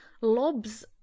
lobs